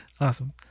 Awesome